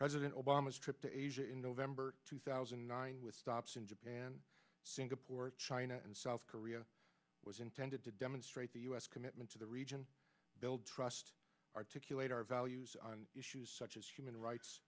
president obama's trip to asia in november two thousand and nine with stops in japan port china and south korea was intended to demonstrate the u s commitment to the region build trust articulate our values on issues such as human rights